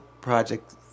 project